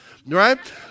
Right